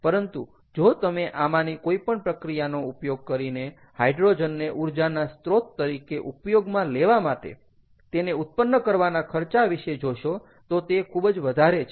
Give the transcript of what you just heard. પરંતુ જો તમે આમાંની કોઈપણ પ્રક્રિયાનો ઉપયોગ કરીને હાઈડ્રોજનને ઊર્જાના સ્ત્રોત તરીકે ઉપયોગમાં લેવા માટે તેને ઉત્પન્ન કરવાના ખર્ચા વિશે જોશો તો તે ખૂબ જ વધારે છે